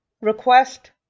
request